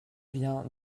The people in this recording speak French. vient